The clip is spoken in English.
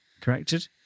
corrected